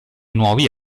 nuovi